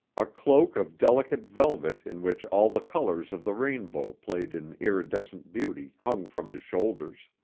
a cloak of delicate velvet in which all the colors of the rainbow played in iridescent beauty hung from his shoulders.